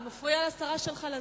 אתה מפריע לשרה להסביר.